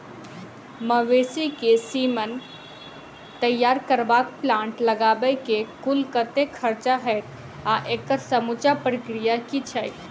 मवेसी केँ सीमन तैयार करबाक प्लांट लगाबै मे कुल कतेक खर्चा हएत आ एकड़ समूचा प्रक्रिया की छैक?